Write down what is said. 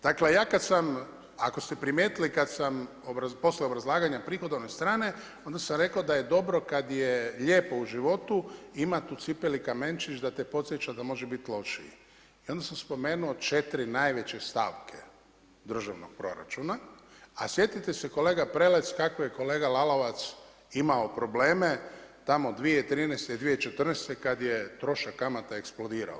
Dakle ja kada sam, ako ste primijetili kada sam poslije obrazlaganja prihodovne strane onda sam rekao da je dobro kada je lijepo u životu imati u cipeli kamenčić da te podsjeća da može biti lošije i onda sam spomenuo četiri najveće stavke državnog proračuna, a sjetite se kolega Prelec kako je kolega Lalovac imao probleme tamo 2013., 2014. kada je trošak kamata eksplodirao.